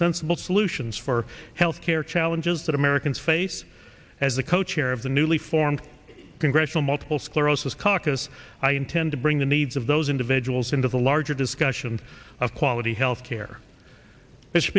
sensible solutions for health care challenges that americans face as the co chair of the newly formed congressional multiple sclerosis caucus i intend to bring the needs of those individuals into the larger discussion of quality health care